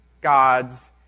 God's